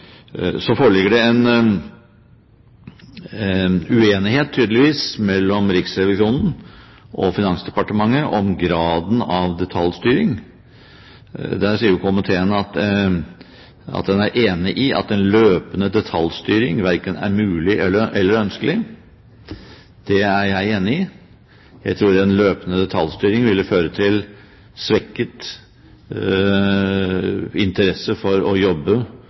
Så foreligger det en uenighet, tydeligvis, mellom Riksrevisjonen og Finansdepartementet om graden av detaljstyring. Der sier komiteen at den er enig i at «løpende detaljstyring verken er mulig eller ønskelig». Det er jeg enig i. Jeg tror en løpende detaljstyring ville føre til svekket interesse for å jobbe